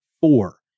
four